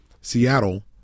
Seattle